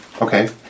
Okay